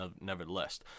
nevertheless